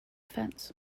fence